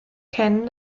kennen